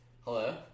hello